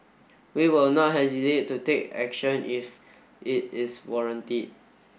we will not hesitate to take action if it is warranted